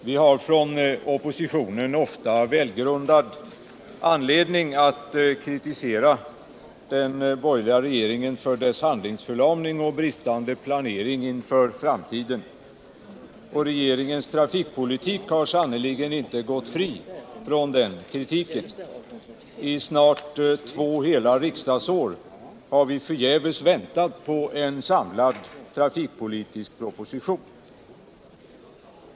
Herr talman! Vi från oppositionen har ofta välgrundad anledning att kritisera den borgerliga regeringen för dess handlingsförlamning och bristande planering för framtiden. Regeringens trafikpolitik har sannerligen inte gått fri från den kritiken. I snart två hela riksdagsår har vi förgäves väntat på en samlad trafikpolitisk proposition.